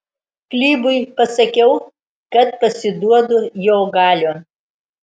klybui pasakiau kad pasiduodu jo galion